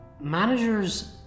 Managers